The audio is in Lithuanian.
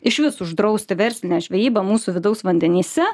išvis uždrausti verslinę žvejybą mūsų vidaus vandenyse